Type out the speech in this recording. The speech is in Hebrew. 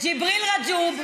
ג'יבריל רג'וב?